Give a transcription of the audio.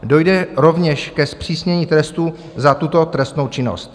Dojde rovněž ke zpřísnění trestů za tuto trestnou činnost.